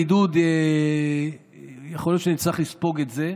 שלגבי רופאים בבידוד נצטרך לספוג את זה,